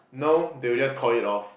no they will just call it off